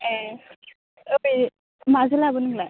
ए ओइ माजो लाबोनो नोंलाय